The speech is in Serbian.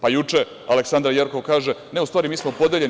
Pa, juče Aleksandra Jerkov kaže – Ne, u stvari, mi smo podeljeni.